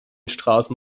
straßen